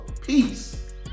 peace